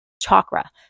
chakra